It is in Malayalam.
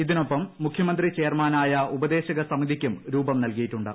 ഇതിനൊപ്പം മുഖ്യമന്ത്രി ചെയർമാനായ ഉപദേശക സമിതിയ്ക്കും രൂപം നൽകിയിട്ടുണ്ട്